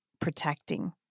protecting